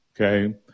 Okay